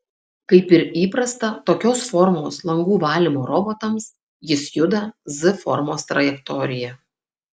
kaip ir įprasta tokios formos langų valymo robotams jis juda z formos trajektorija